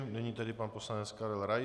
Nyní tedy pan poslanec Karel Rais.